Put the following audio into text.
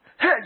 Hey